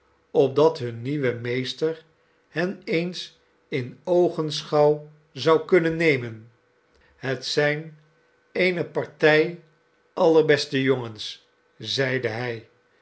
opdat hun nieuwe meester hen eens in oogenschouw zou kunnen nemen het zijn eene partij allerbeste jongens zeide hij